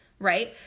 Right